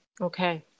Okay